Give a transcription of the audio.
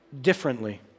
differently